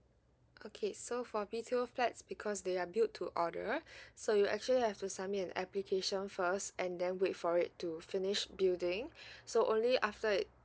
okay so for B_T_O flats because they are build to order so you actually have to submit an application first and then wait for it to finish building so only after it